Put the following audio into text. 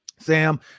Sam